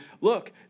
look